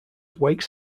wakes